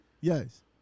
Yes